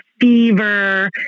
fever